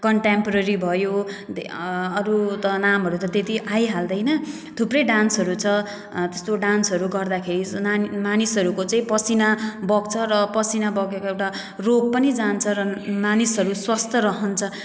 contemporary भयो अरू त नामहरू त त्यति आइहाल्दैन थुप्रै डान्सहरू छ त्यस्तो डान्सहरू गर्दाखेरि नानी मानिसहरूको चाहिँ पसिना बग्छ र पसिना बगेको एउटा रोग पनि जान्छ र मानिसहरू स्वस्थ रहन्छ